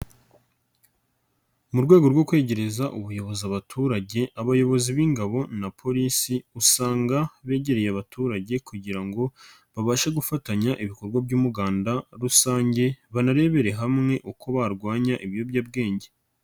Mu rwego rwo kwegereza ubuyobozi abaturage abayobozi b'ingabo na polisi usanga begereye abaturage kugira ngo babashe gufatanya ibikorwa by'umuganda rusange banarebere hamwe uko barwanya ibiyobyabwenge.